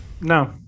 No